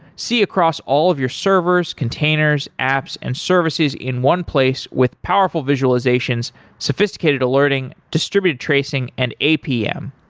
see across all of your servers, containers, apps and services in one place with powerful visualizations, sophisticated alerting, distributed tracing and apm.